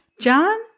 John